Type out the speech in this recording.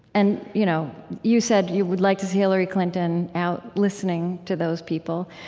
and you know you said you would like to see hillary clinton out listening to those people,